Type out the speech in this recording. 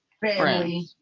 family